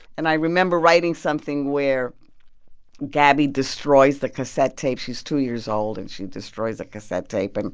and i remember writing something where gabi destroys the cassette tape. she's two years old, and she destroys a cassette tape. and